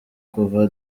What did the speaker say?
kuva